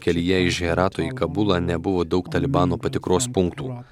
kelyje iš herato į kabulą nebuvo daug talibano patikros punktų